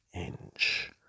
inch